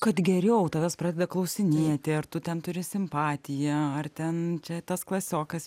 kad geriau tavęs pradeda klausinėti ar tu ten turi simpatiją ar ten čia tas klasiokas